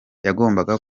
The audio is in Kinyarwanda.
yagombaga